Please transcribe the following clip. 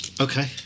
Okay